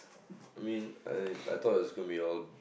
mean I I thought is going be all